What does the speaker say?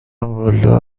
والا